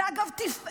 זו, אגב, תפארת